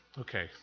okay